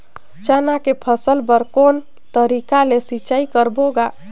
चना के फसल बर कोन तरीका ले सिंचाई करबो गा?